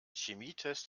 chemietest